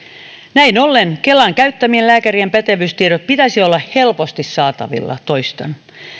näin ollen kelan käyttämien lääkärien pätevyystietojen pitäisi olla helposti saatavilla toistan